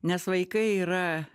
nes vaikai yra